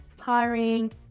hiring